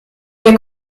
der